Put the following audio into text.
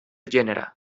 gènere